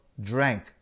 drank